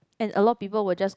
and a lot people will just